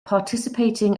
participating